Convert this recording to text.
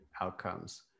outcomes